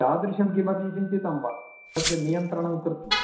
तादृशं किमपि चिन्तितं वा तद् नियन्त्रणं कर्तुं